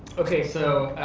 okay, so,